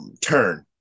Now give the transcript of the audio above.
Turn